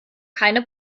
keine